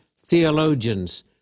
theologians